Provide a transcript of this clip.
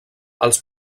els